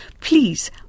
please